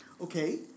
Okay